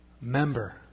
member